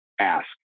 ask